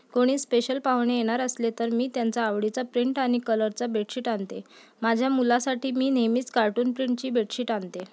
कोणी स्पेशल पावणे येणार असले तर मी त्यांचा आवडीचा प्रिंट आणि कलरचा बेडशीट आणते माझ्या मुलासाठी मी नेहमीच कार्टून प्रिंटची बेडशीट आणते